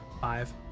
Five